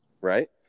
Right